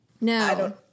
No